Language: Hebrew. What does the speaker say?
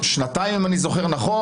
מי נמנע?